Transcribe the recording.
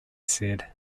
said